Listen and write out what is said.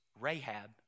Rahab